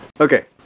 Okay